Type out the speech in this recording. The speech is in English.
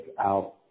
out